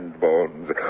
Bones